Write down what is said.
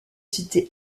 citer